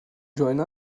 join